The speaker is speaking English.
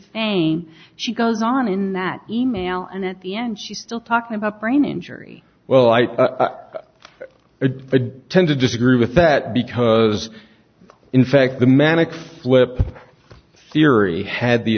fame she goes on in that e mail and at the end she still talking about brain injury well i admit tend to disagree with that because in fact the manic flip theory had the